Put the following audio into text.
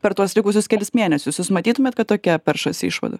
per tuos likusius kelis mėnesius jūs matytumėt kad tokia peršasi išvada